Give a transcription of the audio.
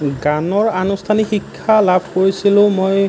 গানৰ আনুষ্ঠানিক শিক্ষা লাভ কৰিছিলোঁ মই